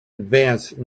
advance